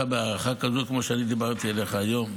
בהערכה כזאת כמו שאני דיברתי אליך היום.